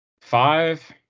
Five